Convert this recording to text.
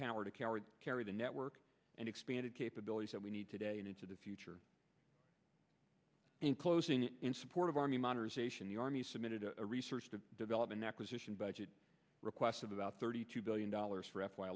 power to carry carry the network and expanded capabilities that we need today and into the future in closing in support of army modernization the army submitted a research to develop an acquisition budget request of about thirty two billion dollars for f y